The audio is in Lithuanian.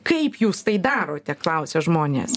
kaip jūs tai darote klausia žmonės